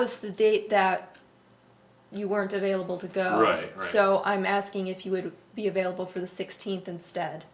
was the date that you weren't available to go right so i'm asking if you would be available for the sixteenth instead